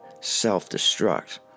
self-destruct